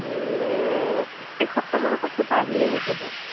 মোৰ এসপ্তাহমানৰ পাছৰপৰা আহিলেই হৈ যাব